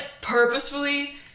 purposefully